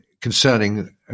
concerning